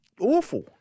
awful